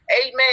Amen